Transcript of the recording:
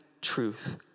truth